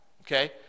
okay